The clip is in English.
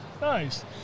Nice